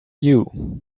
you